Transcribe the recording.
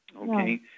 Okay